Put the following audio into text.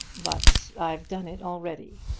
but i've done it already.